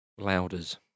Louders